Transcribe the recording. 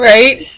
Right